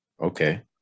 okay